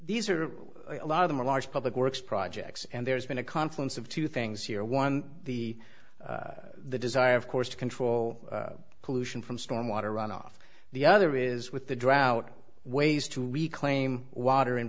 these are a lot of the large public works projects and there's been a confluence of two things here one the the desire of course to control pollution from storm water runoff the other is with the drought ways to reclaim water and